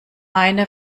eine